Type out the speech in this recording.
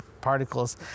particles